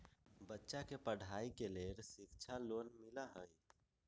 बच्चा के पढ़ाई के लेर शिक्षा लोन मिलहई?